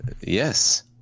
Yes